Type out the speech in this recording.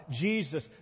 Jesus